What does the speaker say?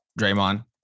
Draymond